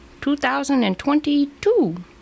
2022